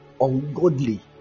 ungodly